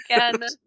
again